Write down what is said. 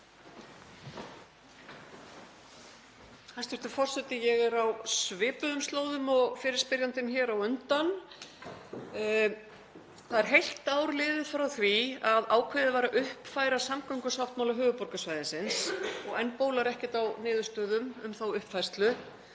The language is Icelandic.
Hæstv. forseti. Ég er á svipuðum slóðum og fyrirspyrjandi hér á undan. Það er heilt árið liðið frá því að ákveðið var að uppfæra samgöngusáttmála höfuðborgarsvæðisins og enn bólar ekkert á niðurstöðum um þá uppfærslu.